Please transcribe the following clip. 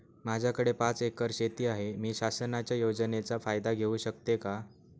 माझ्याकडे पाच एकर शेती आहे, मी शासनाच्या योजनेचा फायदा घेऊ शकते का?